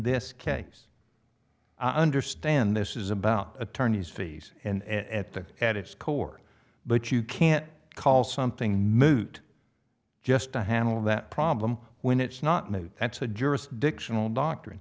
this case i understand this is about attorney's fees and at that at its core but you can't call something moot just to handle that problem when it's not me that's a jurisdictional doctrine